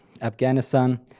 Afghanistan